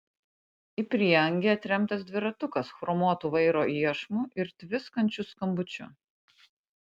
į prieangį atremtas dviratukas chromuotu vairo iešmu ir tviskančiu skambučiu